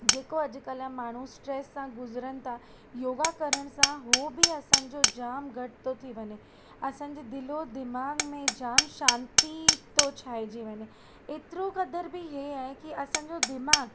जेको अॼु कल्ह जा माण्हू स्ट्रेस सां गुजिरनि था योगा करणु सां हू बि असांजो जामु घटि थो थी वञे असांजे दिलो दिमाग़ में जामु शांति थो छांइजी वञे एतिरो क़दुरु बि हे आहे की असांजो दिमाग़